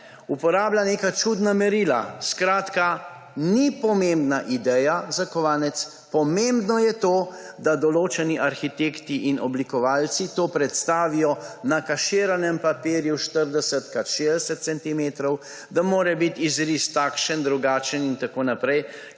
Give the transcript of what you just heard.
uporablja neka čudna merila − ni pomembna ideja za kovanec, pomembno je to, da določeni arhitekti in oblikovalci to predstavijo na kaširanem papirju 40 krat 60 centimetrov, da mora bit izris takšen, drugačen in tako naprej,